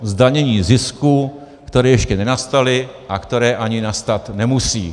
Zdanění zisků, které ještě nenastaly a které ani nastat nemusí.